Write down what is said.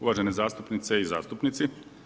Uvažene zastupnice i zastupnici.